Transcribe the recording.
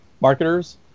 marketers